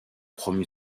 promu